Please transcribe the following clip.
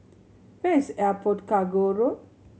where is Airport Cargo Road